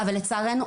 אבל לצערנו,